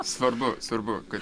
svarbu svarbu kad